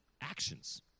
actions